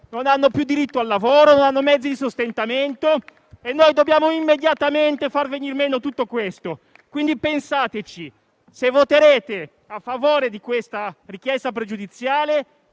non hanno più diritto al lavoro e non hanno mezzi di sostentamento, e noi dobbiamo immediatamente far venir meno tutto questo. Vi invito quindi a riflettere: se voterete a favore di questa questione pregiudiziale,